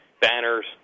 banners